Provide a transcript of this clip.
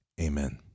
Amen